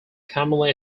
commonly